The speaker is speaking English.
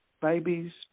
babies